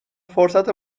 فرصت